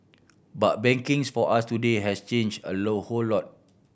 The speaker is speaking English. but bankings for us today has change a low whole lot